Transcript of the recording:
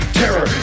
terror